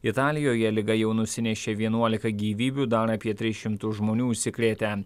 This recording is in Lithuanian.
italijoje liga jau nusinešė vienuolika gyvybių dar apie tris šimtus žmonių užsikrėtę